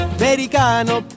americano